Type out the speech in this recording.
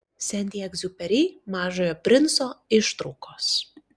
senti egziuperi mažojo princo ištraukos